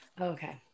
okay